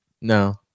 No